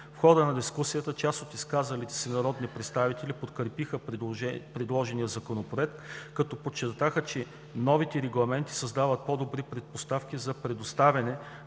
В хода на дискусията част от изказалите се народни представители подкрепиха предложения Законопроект, като подчертаха, че новите регламенти създават по-добри предпоставки за предоставяне